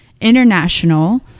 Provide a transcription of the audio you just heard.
international